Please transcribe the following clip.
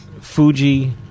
Fuji